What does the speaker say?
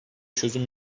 çözüm